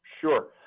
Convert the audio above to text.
Sure